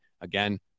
Again